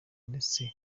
ndetse